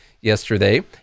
yesterday